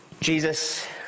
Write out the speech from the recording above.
Jesus